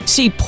See